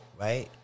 right